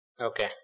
Okay